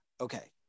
okay